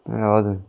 ए हजुर